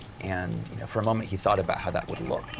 and you know for a moment he thought about how that would look.